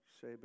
Say